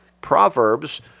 Proverbs